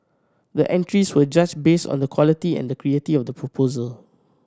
the entries were judged based on the quality and creativity of the proposal